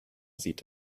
sieht